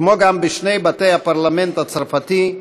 כמו גם בשני בתי-הפרלמנט הצרפתי,